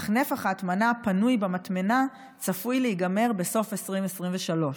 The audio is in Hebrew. אך נפח ההטמנה הפנוי במטמנה צפוי להיגמר בסוף 2023,